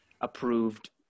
approved